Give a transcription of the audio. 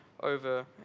over